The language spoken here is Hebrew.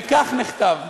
וכך נכתב: